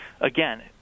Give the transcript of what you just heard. Again